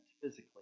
physically